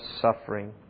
suffering